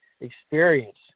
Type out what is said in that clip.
experience